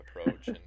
approach